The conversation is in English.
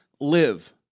live